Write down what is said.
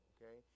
Okay